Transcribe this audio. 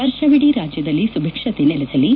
ವರ್ಷವಿದೀ ರಾಜ್ಯದಲ್ಲಿ ಸುಭಿಕ್ಷತೆ ನೆಲೆಸಲಿ